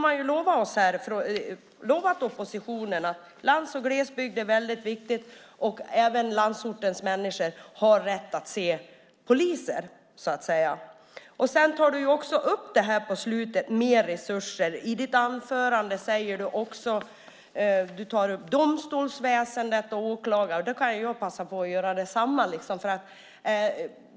Man har lovat oppositionen att landsbygden och glesbygden är väldigt viktiga och att även landsortens människor har rätt att se poliser, så att säga. Du tar på slutet upp det här om mer resurser. I ditt anförande talar du också om domstolsväsendet och åklagarna. Jag kan passa på att göra detsamma.